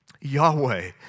Yahweh